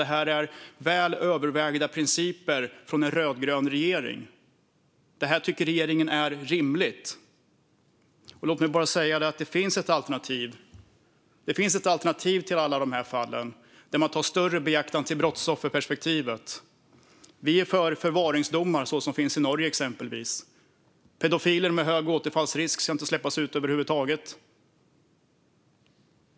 Det är väl övervägda principer från en rödgrön regering. Det här tycker regeringen är rimligt. Låt mig bara säga att det finns ett alternativ i alla dessa fall, där man tar större hänsyn till brottsofferperspektivet. Vi är för förvaringsdomar, som finns i exempelvis Norge. Pedofiler med hög återfallsrisk ska inte släppas ut över huvud taget.